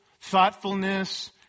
thoughtfulness